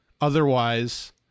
Otherwise